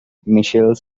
michelle